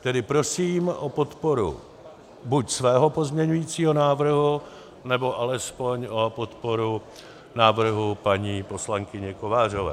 Tedy prosím o podporu buď svého pozměňovacího návrhu, nebo alespoň o podporu návrhu poslankyně Kovářové.